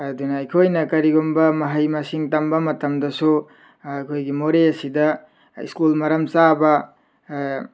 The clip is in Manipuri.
ꯑꯗꯨꯅ ꯑꯩꯈꯣꯏꯅ ꯀꯔꯤꯒꯨꯝꯕ ꯃꯍꯩ ꯃꯁꯤꯡ ꯇꯝꯕ ꯃꯇꯝꯗꯁꯨ ꯑꯩꯈꯣꯏꯒꯤ ꯃꯣꯔꯦꯁꯤꯗ ꯁ꯭ꯀꯨꯜ ꯃꯔꯝ ꯆꯥꯕ